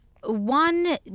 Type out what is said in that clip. One